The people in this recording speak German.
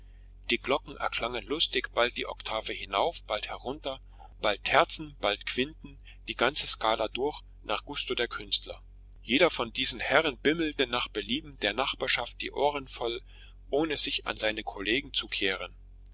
die glocken erklangen lustig bald die oktave hinauf bald herunter bald terzen bald quinten die ganze skala durch nach gusto der künstler jeder von diesen herren bimmelte nach belieben der nachbarschaft die ohren voll ohne sich an seine kollegen zu kehren